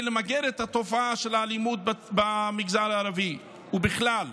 למגר את התופעה של האלימות במגזר הערבי ובכלל.